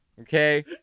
okay